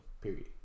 period